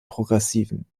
progressiven